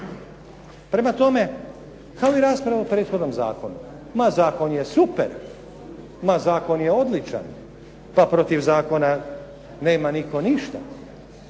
Prema tome, kao i rasprava o prethodnom zakonu, ma zakon je super, ma zakon je odličan, pa protiv zakona nema nitko ništa,